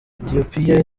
etiyopiya